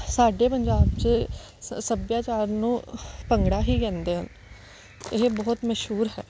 ਸਾਡੇ ਪੰਜਾਬ 'ਚ ਸ ਸੱਭਿਆਚਾਰ ਨੂੰ ਭੰਗੜਾ ਹੀ ਕਹਿੰਦੇ ਹਨ ਇਹ ਬਹੁਤ ਮਸ਼ਹੂਰ ਹੈ